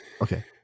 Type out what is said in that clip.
Okay